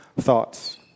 thoughts